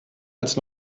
als